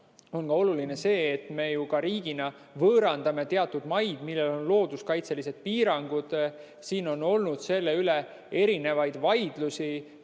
on oluline see, et me ju riigina võõrandame teatud maid, millel on looduskaitselised piirangud. Siin on olnud selle üle vaidlusi.